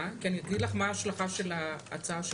אני אגיד לך מה ההשלכה של ההצעה שלך,